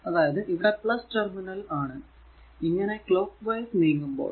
അതായതു ഇവിടെ ടെർമിനൽ ആണ് ഇങ്ങനെ ക്ലോക്ക് വൈസ് നീങ്ങുമ്പോൾ